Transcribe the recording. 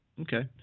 okay